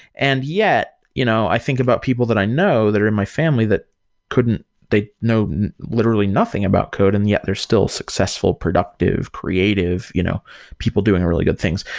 and yet, you know i think about people that i know that are in my family that couldn't they know literally nothing about code and yet they're still successful, productive, creative, you know people doing really good things.